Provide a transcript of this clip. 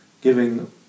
giving